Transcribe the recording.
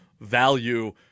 value